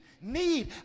need